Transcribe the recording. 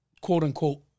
quote-unquote